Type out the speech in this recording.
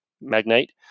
magnate